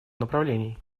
направлений